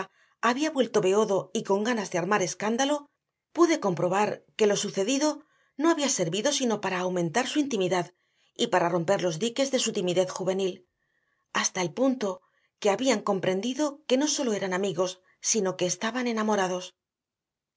había vuelto beodo y con ganas de armar escándalo pude comprobar que lo sucedido no había servido sino para aumentar su intimidad y para romper los diques de su timidez juvenil hasta el punto que habían comprendido que no sólo eran amigos sino que estaban enamorados